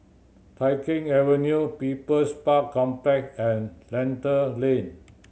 Tai Keng Avenue People's Park Complex and Lentor Lane